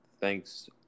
Thanks